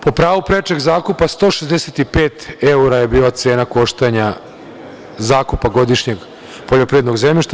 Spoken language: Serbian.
Po pravu prečeg zakupa 165 evra je bila cena koštanja zakupa godišnjeg poljoprivrednog zemljišta.